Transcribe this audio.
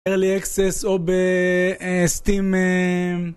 ארלי אקסס או באסטים